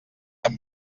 amb